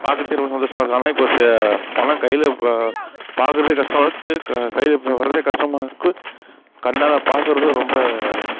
பார்க்கறத்துக்கே ரொம்ப சந்தோசமாக இருக்கும் ஆனால் இப்போ பணம் கையில் பார்க்கறதே கஷ்டமாக இருக்குது கையில் இப்போ வரது கஷ்டமாக இருக்கும் கண்ணால் பார்க்கறதும் ரொம்ப